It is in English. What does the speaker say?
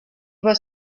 was